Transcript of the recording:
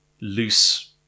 loose